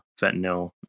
fentanyl